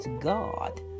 God